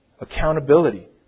Accountability